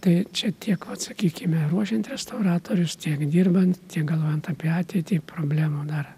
tai čia tiek sakykime ruošiant restauratorius tiek dirbant tiek galvojant apie ateitį problemų dar